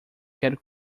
quero